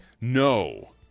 No